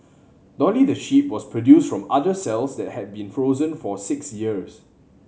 dolly the sheep was produced from udder cells that had been frozen for six years